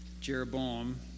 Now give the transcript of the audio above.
Jeroboam